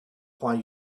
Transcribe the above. why